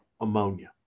ammonia